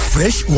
Fresh